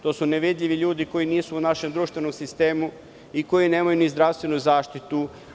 To su nevidljivi ljudi koji nisu u našem društvenom sistemu i koji nemaju ni zdravstvenu zaštitu.